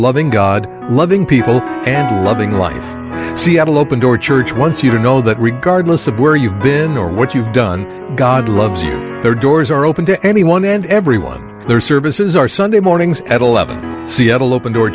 loving god loving people and loving life will open door church once you know that regardless of where you've been or what you've done god loves you there are doors are open to anyone and everyone their services are sunday mornings at eleven seattle open door